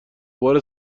بار